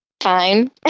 fine